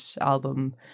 album